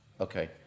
Okay